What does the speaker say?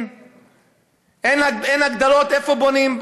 אין הגדרות איפה בונים,